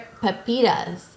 pepitas